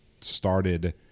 started –